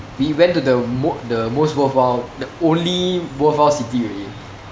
we went to the mo~ the most worthwhile the only worthwhile city already